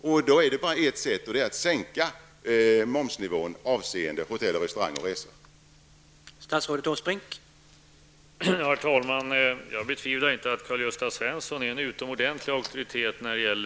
Då finns det bara ett sätt, och det är att sänka momsnivån avseende hotelloch restaurangbranschen samt resor.